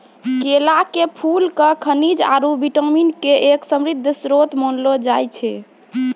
केला के फूल क खनिज आरो विटामिन के एक समृद्ध श्रोत मानलो जाय छै